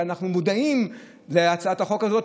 ואנחנו מודעים להצעת החוק הזאת,